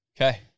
Okay